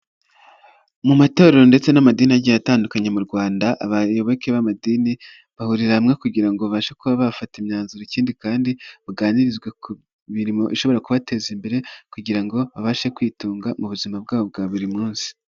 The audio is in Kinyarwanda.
Mu matorero ndetse n'amadini agiye atandukanye mu Rwanda abayoboke b'amadini bahurira hamwe kugira ngo babashe kuba bafata imyanzuro ikindi kandi baganirizwe ku mirimo ishobora kubateza imbere kugira ngo babashe kwitunga mu buzima bwabo bwa buri munsi.